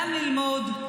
גם ללמוד.